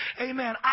Amen